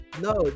No